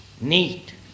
neat